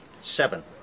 Seven